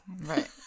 Right